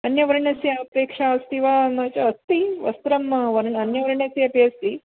अन्यवर्णस्य अपेक्षा अस्ति वा न च अस्ति वस्त्रम् व अन्यवर्णस्य अपि अस्ति